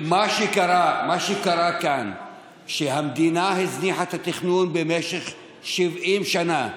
מה שקרה כאן זה שהמדינה הזניחה את התכנון במשך 70 שנה,